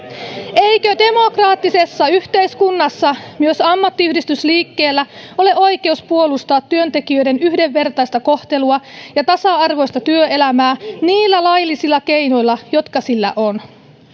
eikö demokraattisessa yhteiskunnassa myös ammattiyhdistysliikkeellä ole oikeus puolustaa työntekijöiden yhdenvertaista kohtelua ja tasa arvoista työelämää niillä laillisilla keinoilla jotka sillä on